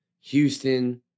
Houston